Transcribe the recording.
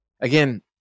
again